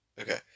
Okay